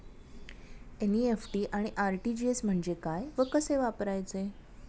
NEFT आणि RTGS म्हणजे काय व कसे वापरायचे?